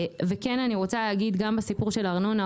אני רוצה להגיד גם בסיפור של הארנונה,